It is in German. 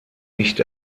nicht